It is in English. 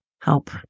help